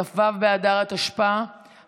כ"ו באדר התשפ"א,